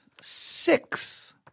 six